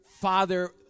father